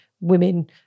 women